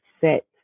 set